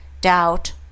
doubt